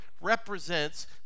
represents